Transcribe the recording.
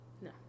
No